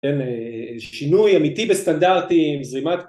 כן, שינוי אמיתי בסטנדרטים, זרימת...